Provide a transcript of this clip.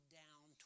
down